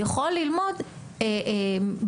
יכול ללמוד באופקים,